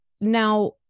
Now